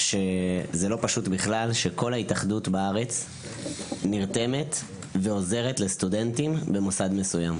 שלא פשוט בכלל שכל ההתאחדות בארץ נרתמת ועוזרת לסטודנטים במוסד מסוים.